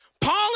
Paul